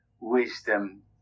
wisdom